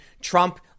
Trump